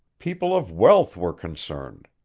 people of wealth were concerned.